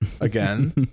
again